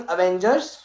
Avengers